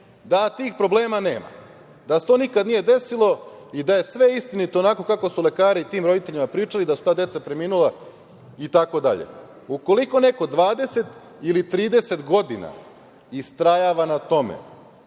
da tih problema nema, da se to nikad nije desilo i da je sve istinito onako kako su lekari tim roditeljima pričali, da su ta deca preminula itd. Ukoliko neko 20 ili 30 godina istrajava na tome,